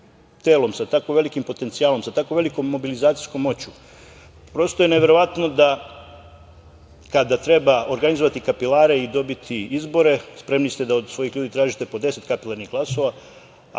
sa tako velikim potencijalom, sa tako velikom mobilizacijskom moći, prosto je neverovatno da kada treba organizovati kapilare i dobiti izbore, spremni ste da od svojih ljudi tražite po deset kapilarnih glasova,